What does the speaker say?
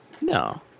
No